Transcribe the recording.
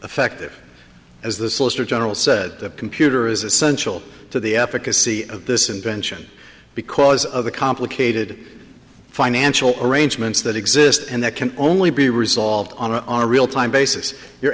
affected as the solicitor general said the computer is essential to the efficacy of this invention because of the complicated financial arrangements that exist and that can only be resolved on a on a real time basis you